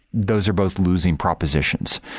those are both losing propositions.